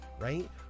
right